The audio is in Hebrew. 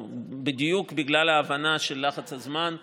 בדיוק בגלל ההבנה של לחץ הזמן הגדול,